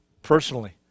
personally